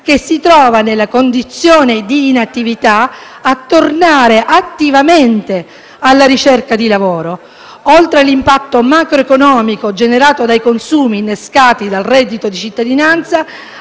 che si trova nella condizione di inattività a tornare attivamente alla ricerca di lavoro. Oltre all'impatto macroeconomico generato dai consumi innescati dal reddito di cittadinanza,